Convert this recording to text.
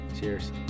Cheers